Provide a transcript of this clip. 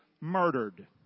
murdered